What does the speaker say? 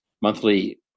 monthly